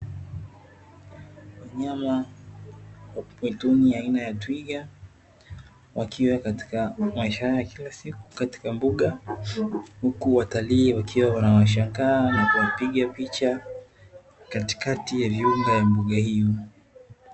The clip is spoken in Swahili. Wanyama wa mwituni aina ya twiga wakiwe katika maisha yao ya kila siku katika mbuga. Huku watalii wakiwa wanawashangaa na kuwapiga picha katikati ya viunga ya mbuga hiyo.